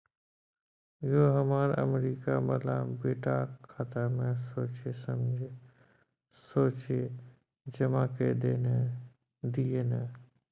यौ हमर अमरीका बला बेटाक खाता मे सोझे जमा कए दियौ न